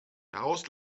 daraus